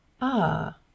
Ah